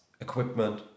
equipment